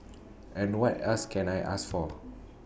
and what else can I ask for